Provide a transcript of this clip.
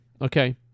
Okay